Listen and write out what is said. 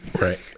Right